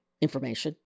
information